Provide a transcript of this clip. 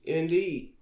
indeed